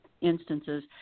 instances